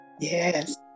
yes